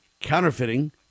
Counterfeiting